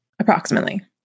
Approximately